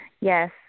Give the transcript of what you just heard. Yes